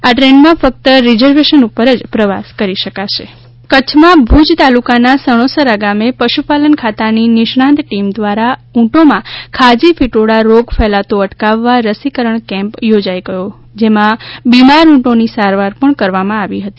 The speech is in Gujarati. આ ટ્રેનમાં ફક્ત રિસેર્વેશન ઉપર જ પ્રવાસ કરી શકશે કચ્છમાં ઊંટનું રસીકરણ કચ્છમાં ભુજ તાલુકાના સણોસરા ગામે પશુપાલન ખાતાની નિષ્ણાંત ટીમ દ્વારા ઊંટોમાં ખાજી ફિટોડા રોગ ફેલાતો અટકાવવા રસીકરણ કેમ્પ થોજાઈ ગયો જેમાં બીમાર ઊટોની સારવાર પણ કરવામાં આવી હતી